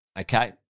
okay